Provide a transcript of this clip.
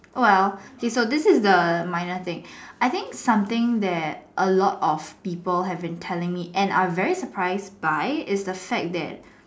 well okay so this is the minor thing I think something that a lot of people have been telling me and are very surprised by is the fact that